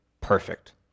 perfect